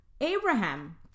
Abraham